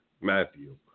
Matthew